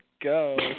go